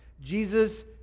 Jesus